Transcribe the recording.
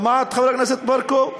שמעת, חברת הכנסת ברקו,